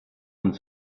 und